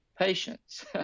patience